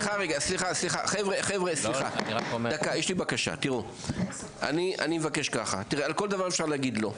סליחה רגע, יש לי בקשה, על כל דבר אפשר להגיד לא.